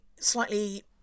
Slightly